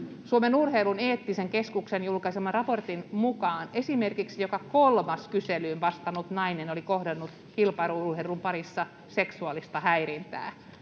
Suomen urheilun eettisen keskuksen julkaiseman raportin mukaan esimerkiksi joka kolmas kyselyyn vastannut nainen oli kohdannut kilpailu-urheilun parissa seksuaalista häirintää.